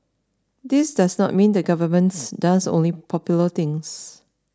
this does not mean the governments does only popular things